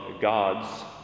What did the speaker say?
God's